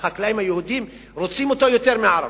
שהחקלאים היהודים רוצים אותו יותר מהערבים,